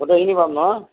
গোটেইখিনি পাম নহয়